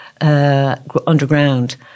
underground